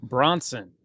Bronson